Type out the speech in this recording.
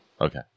Okay